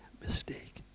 mistake